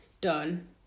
done